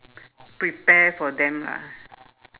prepare for them lah